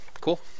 Cool